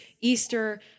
Easter